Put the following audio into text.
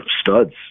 studs